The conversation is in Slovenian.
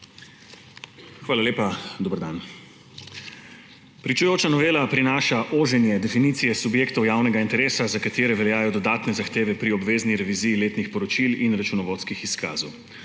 Hvala lepa. Dober dan! Pričujoča novela prinaša oženje definicije subjektov javnega interesa, za katere veljajo dodatne zahteve pri obvezni reviziji letnih poročil in računovodskih izkazov.